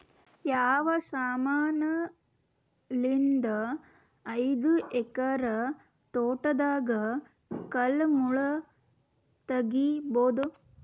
ಯಾವ ಸಮಾನಲಿದ್ದ ಐದು ಎಕರ ತೋಟದಾಗ ಕಲ್ ಮುಳ್ ತಗಿಬೊದ?